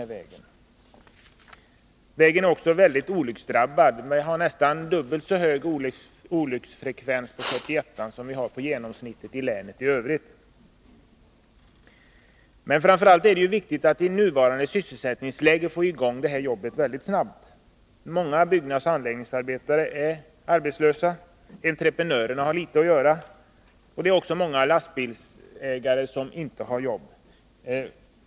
Riksväg 41 är också mycket olycksdrabbad. Den har nästan dubbelt så hög olycksfrekvens som genomsnittet av vägarna i länet i övrigt. Men framför allt är det viktigt att i nuvarande sysselsättningsläge få i gång detta arbete snart. Många byggnadsoch anläggningsarbetare är arbetslösa. Entreprenörerna har litet att göra, och det är också många lastbilsägare som inte har jobb.